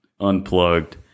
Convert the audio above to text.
unplugged